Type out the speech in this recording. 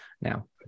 now